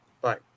Bye